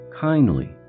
kindly